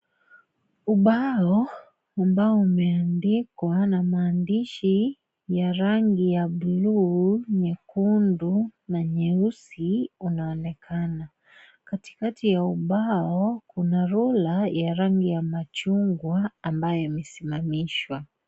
Ubao ambao umeandikwa na maandishi ya rangi ya bluu nyekundu na nyeusi unaonekana katikati ya ubao kuna rula ya rangi ya machungwa ambayo imesimamishwa.